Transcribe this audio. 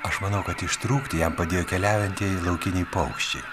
aš manau kad ištrūkti jam padėjo keliaujantieji laukiniai paukščiai